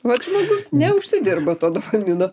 vat žmogus neužsidirba to dopamino